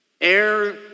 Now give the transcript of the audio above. air